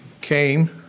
came